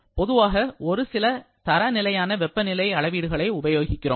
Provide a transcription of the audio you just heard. பொதுவாக ஒரு சில தர நிலையான வெப்பநிலை அளவீடுகளை உபயோகிக்கிறோம்